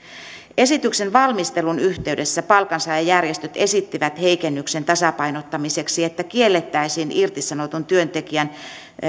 esityksen valmistelun yhteydessä palkansaajajärjestöt esittivät heikennyksen tasapainottamiseksi että kiellettäisiin irtisanotun työntekijän